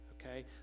okay